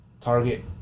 Target